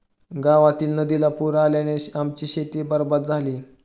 गावातील नदीला पूर आल्याने आमची शेती बरबाद झाली